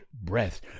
breath